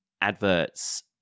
adverts